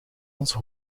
onze